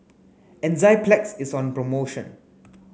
Enzyplex is on promotion